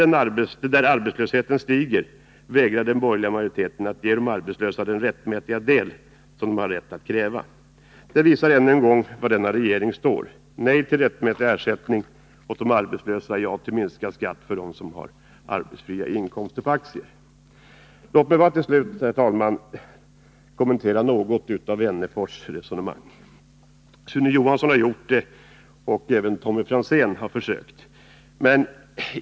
I ett läge där arbetslösheten stiger vägrar den borgerliga majoriteten att ge de arbetslösa vad de har rätt att kräva. Det visar ännu en gång var regeringen och riksdagsmajoriteten står: nej till rättmätig ersättning åt de arbetslösa, ja till minskad skatt för dem som har arbetsfria inkomster på aktier. Låt mig till slut, herr talman, något kommentera Alf Wennerfors resonemang — Sune Johansson har gjort det och även Tommy Franzén har försökt.